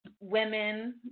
women